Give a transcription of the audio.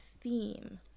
theme